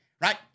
right